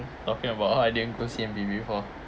talking about how I didn't go see him day before